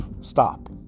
Stop